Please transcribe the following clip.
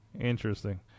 interesting